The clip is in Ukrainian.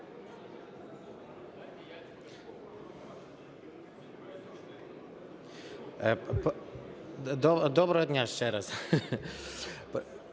Доброго дня ще раз.